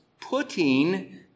putting